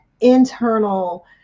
internal